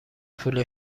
پول